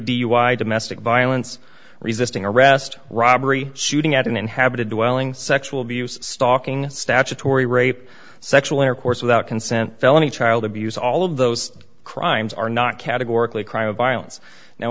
dui domestic violence resisting arrest robbery shooting at an inhabited dwelling sexual abuse stalking statutory rape sexual intercourse without consent felony child abuse all of those crimes are not categorically crime of violence now